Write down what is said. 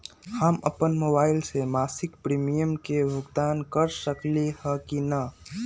हम अपन मोबाइल से मासिक प्रीमियम के भुगतान कर सकली ह की न?